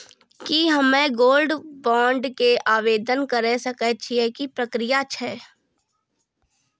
की हम्मय gold bond के आवदेन करे सकय छियै, की प्रक्रिया छै?